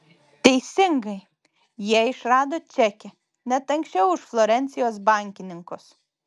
teisingai jie išrado čekį net anksčiau už florencijos bankininkus